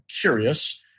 curious